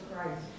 Christ